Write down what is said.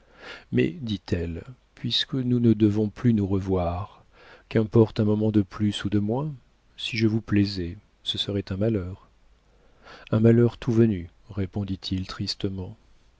mais dit-elle puisque nous ne devons plus nous revoir qu'importe un moment de plus ou de moins si je vous plaisais ce serait un malheur un malheur tout venu répondit-il tristement